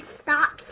stop